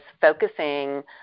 focusing